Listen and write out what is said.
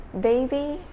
Baby